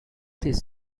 these